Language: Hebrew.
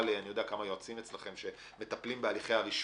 ליועצים אצלכם שמטפלים בהליכי הרישוי.